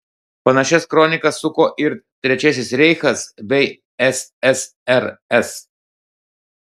panašias kronikas suko ir trečiasis reichas bei ssrs